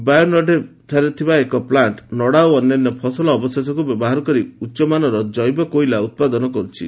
ବାୟୋନଡେଭ୍ଠାରେ ଥିବା ଏକ ପ୍ଲାଙ୍କ ନଡ଼ା ଓ ଅନ୍ୟାନ୍ୟ ଫସଲଅବଶେଷକୁ ବ୍ୟବହାର କରି ଉଚ୍ଚମାନର ଜେବକୋଇଲା ଉତ୍ପାଦନ କର୍ତ୍ତି